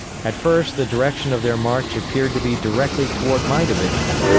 at first the direction of their march appeared to be directly toward my division.